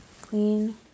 clean